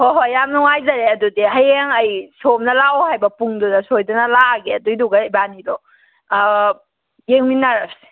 ꯍꯣꯏ ꯍꯣꯏ ꯌꯥꯝ ꯅꯨꯡꯉꯥꯏꯖꯔꯦ ꯑꯗꯨꯗꯤ ꯍꯌꯦꯡ ꯑꯩ ꯁꯣꯝꯅ ꯂꯥꯛꯑꯣ ꯍꯥꯏꯕ ꯄꯨꯡꯗꯨꯗ ꯁꯣꯏꯗꯅ ꯂꯥꯛꯑꯒꯦ ꯑꯗꯨꯏꯗꯨꯒ ꯏꯕꯥꯅꯤꯗꯣ ꯌꯦꯡꯃꯤꯟꯅꯔꯁꯦ